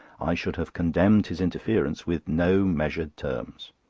i should have condemned his interference with no measured terms.